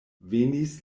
venis